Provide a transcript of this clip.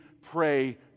pray